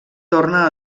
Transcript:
torna